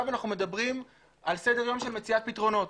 אנחנו מדברים על סדר יום של מציאת פתרונות